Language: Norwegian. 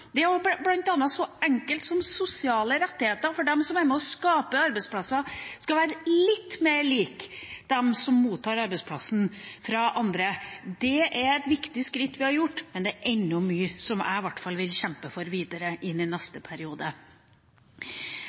Det er bl.a. så enkelt som at sosiale rettigheter for de som er med på å skape arbeidsplasser, skal være litt mer like rettighetene til dem som mottar arbeidsplassen fra andre. Det er et viktig skritt vi har gjort, men det er ennå mye som i hvert fall jeg vil kjempe for videre inn i neste periode.